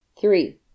three